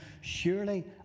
surely